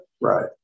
Right